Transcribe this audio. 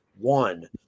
One